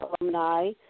alumni